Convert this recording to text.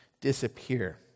disappear